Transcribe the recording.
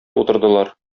утырдылар